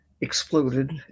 exploded